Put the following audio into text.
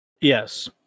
Yes